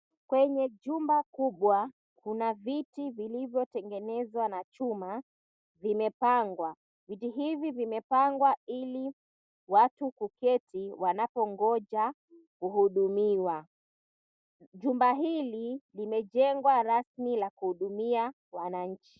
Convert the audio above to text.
Kwenye jumba kubwa kuna viti vilivyotengenezwa na chuma vimepangwa, viti hivi vimepangwa ili watu kuketi wanapongoja kuhudumiwa, jumba hili lilijengwa rasmi kuhudumia wananchi.